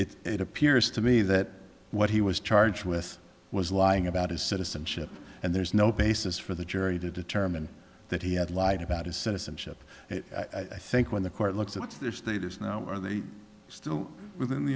to it appears to me that what he was charged with was lying about his citizenship and there's no basis for the jury to determine that he had lied about his citizenship i think when the court looks at their status now are they still within the